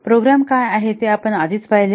programme काय आहे ते आपण आधीच पाहिले आहे